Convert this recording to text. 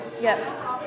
Yes